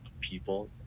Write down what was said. people